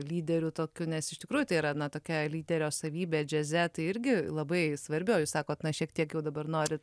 lyderiu tokiu nes iš tikrųjų tai yra na tokia lyderio savybė džiaze tai irgi labai svarbi o jūs sakot na šiek tiek jau dabar norit